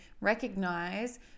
recognize